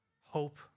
hope